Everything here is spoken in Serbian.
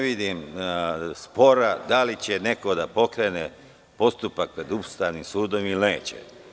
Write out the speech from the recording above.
Uopšte ne vidim spora da li će neko da pokrene postupak pred Ustavnim sudom ili neće.